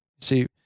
See